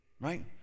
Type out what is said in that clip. right